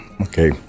Okay